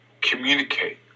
communicate